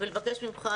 ולבקש ממך,